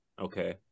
Okay